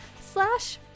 slash